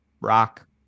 rock